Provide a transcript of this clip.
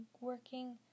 working